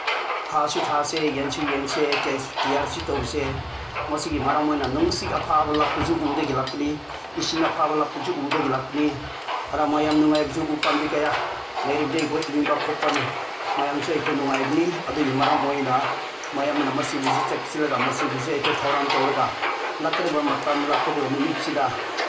ꯊꯥꯁꯨ ꯊꯥꯁꯦ ꯌꯦꯟꯁꯨ ꯌꯦꯟꯁꯦ ꯀꯤꯌꯥꯔꯁꯨ ꯇꯧꯁꯦ ꯃꯁꯤꯒꯤ ꯃꯔꯝ ꯑꯣꯏꯅ ꯅꯨꯡꯁꯤꯠ ꯑꯐꯕ ꯂꯥꯛꯄꯁꯨ ꯎꯗꯒꯤ ꯂꯥꯛꯄꯅꯤ ꯏꯁꯤꯡ ꯑꯐꯕ ꯂꯥꯛꯄꯁꯨ ꯎꯗꯒꯤ ꯂꯥꯛꯄꯅꯤ ꯑꯗ ꯃꯌꯥꯝ ꯅꯨꯡꯉꯥꯏꯕꯁꯨ ꯎ ꯄꯥꯝꯕꯤ ꯀꯌꯥ ꯂꯩꯔꯕꯗꯤ ꯑꯩꯈꯣꯏ ꯏꯪꯕ ꯈꯣꯠꯄ ꯃꯌꯥꯝꯁꯨ ꯑꯩꯈꯣꯏ ꯅꯨꯡꯉꯥꯏꯕꯅꯤ ꯑꯗꯨꯒꯤ ꯃꯔꯝ ꯑꯣꯏꯅ ꯃꯌꯥꯝꯅ ꯃꯁꯤꯕꯨ ꯆꯦꯛꯁꯤꯜꯂꯒ ꯃꯁꯤꯕꯨꯁꯤ ꯑꯩꯈꯣꯏ ꯊꯧꯔꯥꯡ ꯇꯧꯔꯒ ꯂꯥꯛꯀꯗꯕ ꯃꯇꯝ ꯂꯥꯛꯀꯗꯕ ꯅꯨꯃꯤꯠꯁꯤꯗ